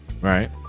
Right